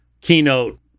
keynote